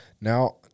now